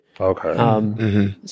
Okay